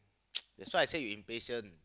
that's why I say you impatient